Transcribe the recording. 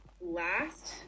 last